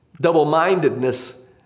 Double-mindedness